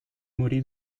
morì